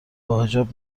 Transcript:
باحجاب